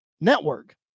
network